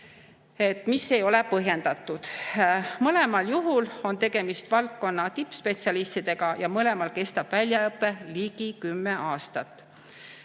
mis ei ole põhjendatud. Mõlemal juhul on tegemist valdkonna tippspetsialistidega ja mõlemal juhul kestab väljaõpe ligi kümme aastat.